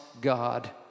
God